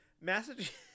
Massachusetts